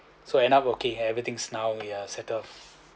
so end up okay every thing now we are settled